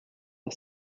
are